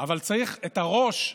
אבל צריך את הראש,